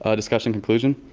ah discussion, conclusion.